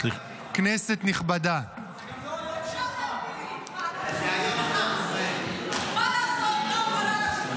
כנסת נכבדה --------- מה לעשות --- גלנט לא שר ביטחון,